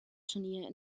turnier